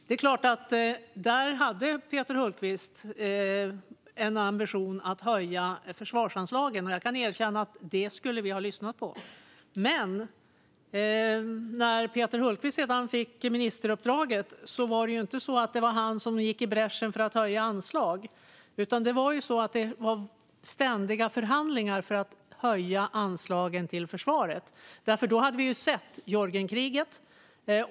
Där hade Peter Hultqvist en ambition att höja försvarsanslagen, och jag kan erkänna att vi skulle ha lyssnat på det. Men när Peter Hultqvist sedan fick ministeruppdraget var det inte han som gick i bräschen för att höja anslag, utan det var ständiga förhandlingar för att höja anslagen till försvaret. Då hade vi sett Georgienkriget.